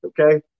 Okay